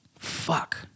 Fuck